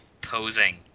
posing